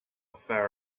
fair